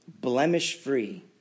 blemish-free